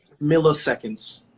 milliseconds